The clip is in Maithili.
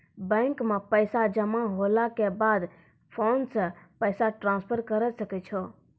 बैंक मे पैसा जमा होला के बाद फोन से पैसा ट्रांसफर करै सकै छौ